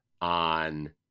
on